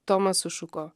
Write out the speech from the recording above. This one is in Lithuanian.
tomas sušuko